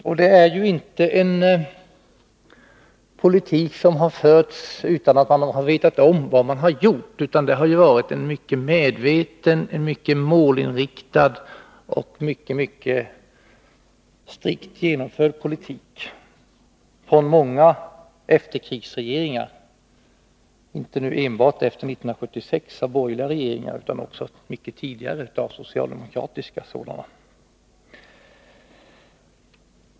Det är inte så att man i den politik som har förts inte har vetat vad man har gjort, utan det har varit en mycket medveten och målinriktad politik, strikt genomförd av många efterkrigsregeringar, inte bara av borgerliga efter 1976 utan också mycket tidigare av socialdemokratiska.